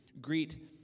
Greet